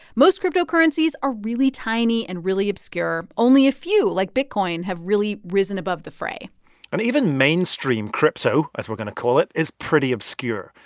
most cryptocurrencies are really tiny and really obscure. only a few, like bitcoin, bitcoin, have really risen above the fray and even mainstream crypto, as we're going to call it, is pretty obscure.